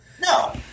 No